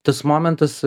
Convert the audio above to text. tas momentas